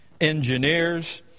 engineers